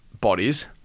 bodies